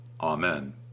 Amen